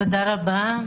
תודה רבה.